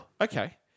Okay